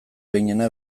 behinena